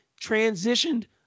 transitioned